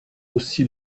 aussi